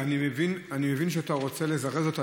אני מבין שאתה רוצה לזרז אותה.